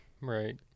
Right